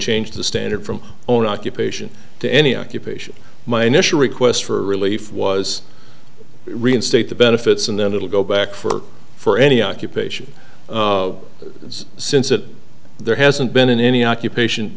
changed the standard from own occupation to any occupation my initial request for relief was reinstate the benefits and then it'll go back for for any occupation since that there hasn't been any occupation